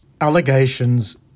Allegations